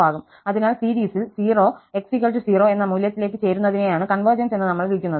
അതിനാൽ സീരീസിൽ 0 x 0 എന്ന മൂല്യത്തിലേക്ക് ചേരുന്നതിനെയാണ് കൺവെർജെൻസ് എന്ന് നമ്മൾ വിളിക്കുന്നത്